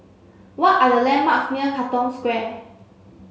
what are the landmarks near Katong Square